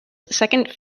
second